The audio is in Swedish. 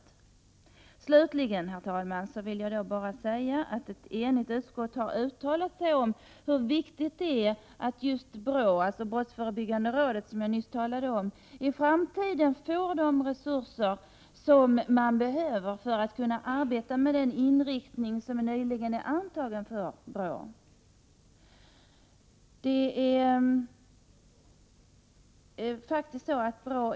Slutligen vill jag, herr talman, bara säga att ett enigt utskott har uttalat sig om hur viktigt det är att just BRÅ i framtiden får de resurser som man behöver för att kunna arbeta med den inriktning som nyligen har bestämts för BRÅ.